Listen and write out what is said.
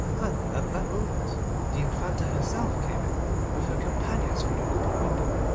and at that moment the infanta herself came in with her companions through the open window,